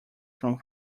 from